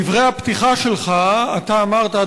בדברי הפתיחה שלך אתה אמרת,